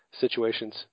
situations